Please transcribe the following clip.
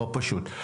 לא פשוט.